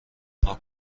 پاک